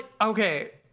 okay